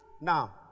now